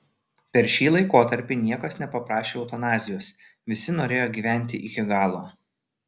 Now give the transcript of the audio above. per šį laikotarpį niekas nepaprašė eutanazijos visi norėjo gyventi iki galo